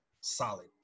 Solid